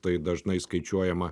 tai dažnai skaičiuojama